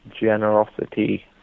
generosity